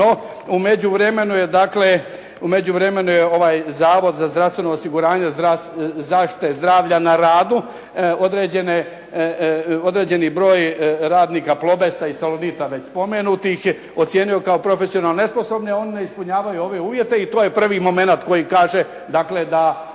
međuvremenu je Zavod za zdravstveno osiguranje zaštite zdravlja na radu određeni broj radnika "Plobesta" i "Salonita" već spomenutih ocijenio kao profesionalno nesposobne a oni ne ispunjavaju ove uvjete i to je prvi momenat koji kaže da